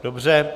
Dobře.